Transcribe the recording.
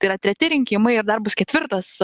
tai yra treti rinkimai ir dar bus ketvirtas